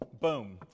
Boom